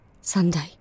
Sunday